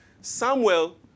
Samuel